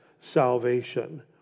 salvation